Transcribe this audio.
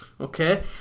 okay